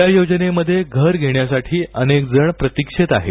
या योजनेमध्ये घर घेण्यासाठी अनेकजण प्रतिक्षेत आहेत